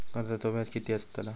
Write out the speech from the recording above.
कर्जाचो व्याज कीती असताला?